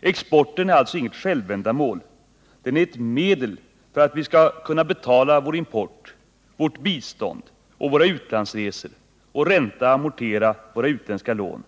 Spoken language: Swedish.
Exporten är alltså inget självändamål — den är ett medel för att vi skall kunna betala vår import, vårt bistånd och våra utlandsresor samt ränta och amorteringar för våra utländska lån.